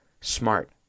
Smart